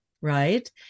right